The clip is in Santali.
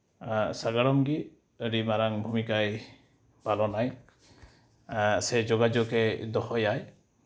ᱥᱟᱸᱜᱟᱲᱚᱢ ᱜᱮ ᱟᱹᱰᱤ ᱢᱟᱨᱟᱝ ᱵᱷᱩᱢᱤᱠᱟᱭ ᱯᱟᱞᱚᱱᱟᱭ ᱥᱮ ᱡᱳᱜᱟᱡᱳᱜᱽ ᱮ ᱫᱚᱦᱚᱭᱟᱭ